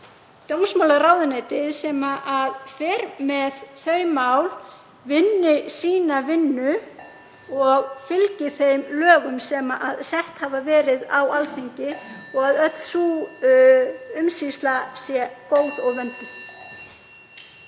dómsmálaráðuneytið, sem fer með þau mál, vinni sína vinnu og fylgi þeim lögum sem sett hafa verið á Alþingi og að öll sú umsýsla sé góð og vönduð.